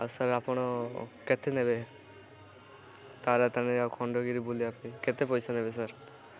ଆଉ ସାର୍ ଆପଣ କେତେ ନେବେ ତ ତାରାତାରିଣୀ ଆଉ ଖଣ୍ଡଗିରି ବୁଲିବା ପାଇଁ କେତେ ପଇସା ନେବେ ସାର୍